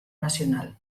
nacional